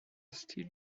still